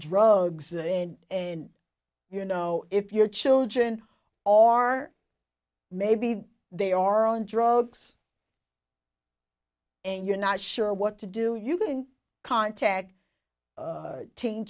drugs and and you know if your children are maybe they are on drugs and you're not sure what to do you can contact